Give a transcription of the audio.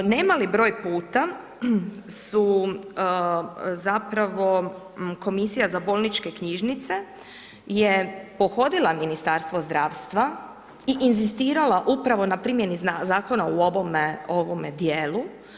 Nemali broj puta su zapravo komisija za bolničke knjižnice je pohodila Ministarstvo zdravstva i inzistirala upravo na primjeni zakonu u ovome dijelu.